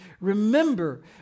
Remember